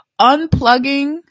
Unplugging